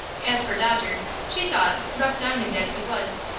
as for dodger, she thought, rough diamond as he was,